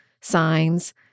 signs